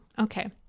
Okay